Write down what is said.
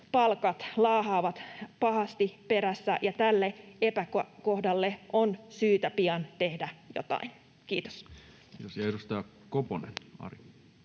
palkat laahaavat pahasti perässä, ja tälle epäkohdalle on syytä pian tehdä jotain. — Kiitos. Kiitos. — Edustaja Koponen, Ari.